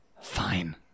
Fine